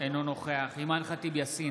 אינו נוכח אימאן ח'טיב יאסין,